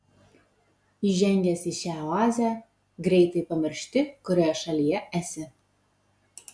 įžengęs į šią oazę greitai pamiršti kurioje šalyje esi